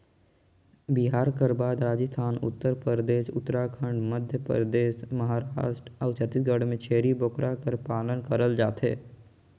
बिहार कर बाद राजिस्थान, उत्तर परदेस, उत्तराखंड, मध्यपरदेस, महारास्ट अउ छत्तीसगढ़ में छेरी बोकरा कर पालन करल जाथे